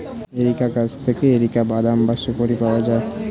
areca গাছ থেকে areca বাদাম বা সুপোরি পাওয়া যায়